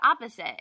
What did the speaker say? opposite